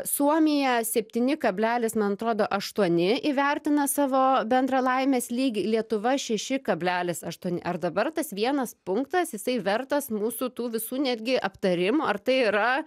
suomija septyni kablelis man atrodo aštuoni įvertina savo bendrą laimės lygį lietuva šeši kablelis aštuoni ar dabar tas vienas punktas jisai vertas mūsų tų visų netgi aptarimų ar tai yra